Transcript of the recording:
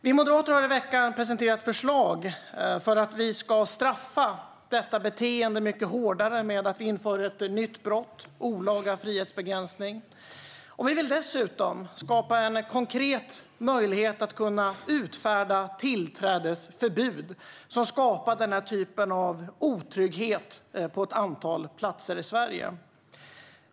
Vi moderater har i veckan presenterat förslag för att straffa detta beteende mycket hårdare genom att införa ett nytt brott: olaga frihetsbegränsning. Vi vill dessutom skapa en konkret möjlighet att utfärda tillträdesförbud för dem som skapar den sortens otrygghet på ett antal platser i Sverige.